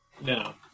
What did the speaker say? No